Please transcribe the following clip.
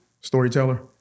storyteller